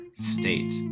state